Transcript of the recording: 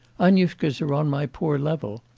annushkas are on my poor level.